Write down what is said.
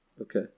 Okay